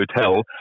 hotel